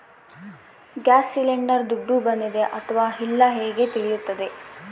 Gas cylinder ದುಡ್ಡು ಬಂದಿದೆ ಅಥವಾ ಇಲ್ಲ ಹೇಗೆ ತಿಳಿಯುತ್ತದೆ?